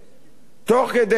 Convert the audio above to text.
תוך כדי ויכוח,